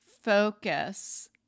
focus